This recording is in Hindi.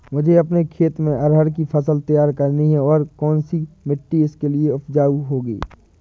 मुझे अपने खेत में अरहर की फसल तैयार करनी है और कौन सी मिट्टी इसके लिए अच्छी व उपजाऊ होगी?